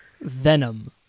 Venom